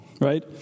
Right